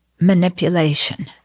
manipulation